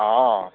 आं